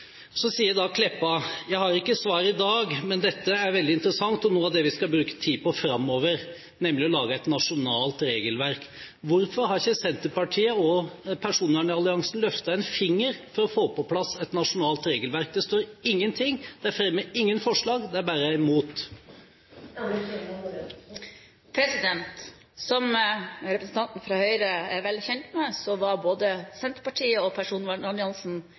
Så sier Meltveit Kleppa: «Jeg har ikke svaret i dag» – men dette er veldig interessant; og «noe av det vi skal bruke tid på framover» – nemlig å lage et nasjonalt regelverk. Hvorfor har ikke Senterpartiet og personvernalliansen løftet en finger for å få på plass et nasjonalt regelverk? Det står ingenting, de fremmer ingen forslag, de bare er imot. Som representanten fra Høyre er vel kjent med, var både Senterpartiet og personvernalliansen